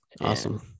Awesome